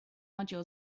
module